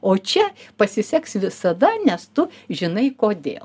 o čia pasiseks visada nes tu žinai kodėl